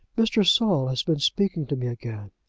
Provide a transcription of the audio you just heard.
mr. saul has been speaking to me again.